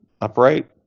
upright